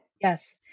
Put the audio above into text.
Yes